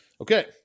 Okay